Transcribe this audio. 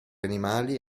animali